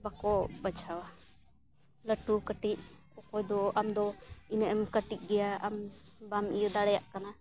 ᱵᱟᱠᱚ ᱵᱟᱪᱷᱟᱣᱟ ᱞᱟᱹᱴᱩ ᱠᱟᱹᱴᱤᱡ ᱚᱠᱚᱭ ᱫᱚ ᱟᱢ ᱫᱚ ᱤᱱᱟᱹᱜ ᱮᱢ ᱠᱟᱹᱴᱤᱡ ᱜᱮᱭᱟ ᱟᱢ ᱵᱟᱢ ᱤᱭᱟᱹ ᱫᱟᱲᱮᱭᱟᱜ ᱠᱟᱱᱟ